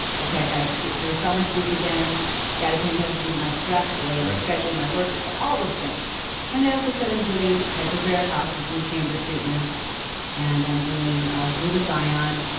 and okay, i've got to get serious about my sleep again. i've got to pay attention to my stress, the way i'm scheduling my work, it's all those things and i also said i'm doing hyperbaric oxygen chamber treatments and i'm doing ah glutathione, ah